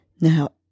Now